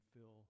fill